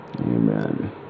Amen